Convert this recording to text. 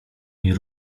jej